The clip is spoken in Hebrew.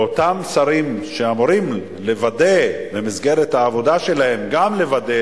ואותם שרים שבמסגרת העבודה שלהם גם אמורים לוודא